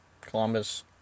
Columbus